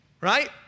right